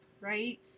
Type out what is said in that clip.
right